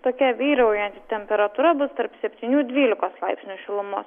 tokia vyraujanti temperatūra bus tarp septynių dvylikos laipsnių šilumos